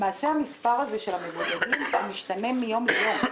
המספר הזה של המבודדים משתנה מיום ליום.